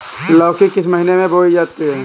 लौकी किस महीने में बोई जाती है?